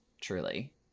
truly